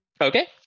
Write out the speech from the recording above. Okay